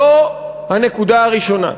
זו הנקודה הראשונה.